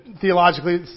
theologically